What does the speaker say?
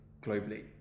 globally